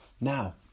Now